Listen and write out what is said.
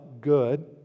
good